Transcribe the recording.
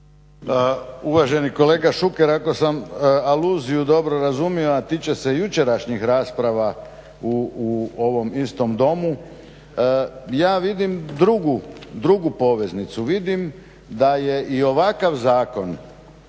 Uvaženi kolega Šuker ako sam aluziju dobro razumio a tiče se jučerašnjih rasprava u ovom istom Domu, ja vidim drugu poveznicu. Vidim da je i ovakav zakon,